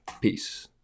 peace